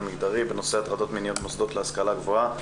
מגדרי בנושא: הטרדות מיניות במוסדות להשכלה גבוהה,